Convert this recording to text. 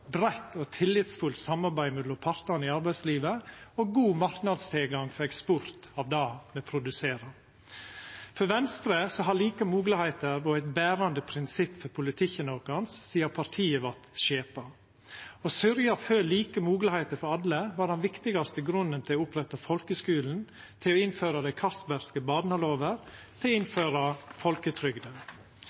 breitt og tillitsfullt samarbeid mellom partane i arbeidslivet og god marknadstilgang for eksport av det me produserer. For Venstre har like moglegheiter vore eit berande prinsipp for politikken vår sidan partiet vart skipa. Å sørgja for like moglegheiter for alle var den viktigaste grunnen til å oppretta folkeskulen, til å innføra dei castbergske barnelovene og til å innføra folketrygda.